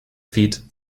feet